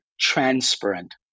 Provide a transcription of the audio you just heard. transparent